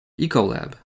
Ecolab